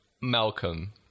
malcolm